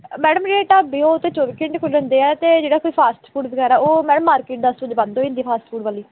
ਅ madam ਜਿਹੜੇ ਢਾਬੇ ਉਹ ਤਾਂ ਚੌਵੀ ਘੰਟੇ ਖੁੱਲ੍ਹੇ ਹੁੰਦੇ ਆ ਅਤੇ ਜਿਹੜਾ ਕੋਈ ਫਾਸਟ ਫੂਡ ਵਗੈਰਾ ਉਹ ਮੈਡਮ ਮਾਰਕਿਟ ਦਸ ਵਜੇ ਬੰਦ ਹੋ ਜਾਂਦੀ ਫਾਸਟ ਫੂਡ ਵਾਲੀ